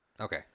okay